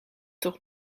toch